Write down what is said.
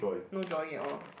no drawing at all